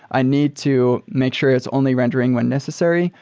i need to make sure it's only rendering when necessary.